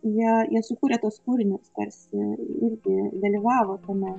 jie jie sukūrė tuos kūrinius tarsi irgi dalyvavo tame